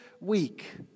week